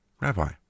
Rabbi